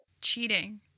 Cheating